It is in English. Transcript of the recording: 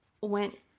went